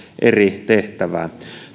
eri tehtävään